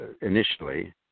initially